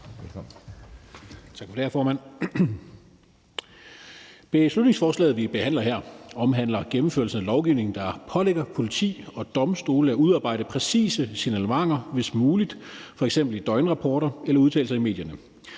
Beslutningsforslaget, vi behandler her, omhandler gennemførelse af lovgivning, der pålægger politi og domstole at udarbejde præcise signalementer – hvis muligt – f.eks. i døgnrapporter eller ved udtalelser i medierne.